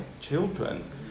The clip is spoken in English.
children